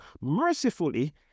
Mercifully